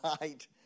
Right